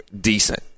decent